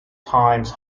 times